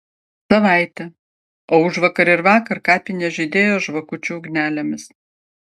savaitė o užvakar ir vakar kapinės žydėjo žvakučių ugnelėmis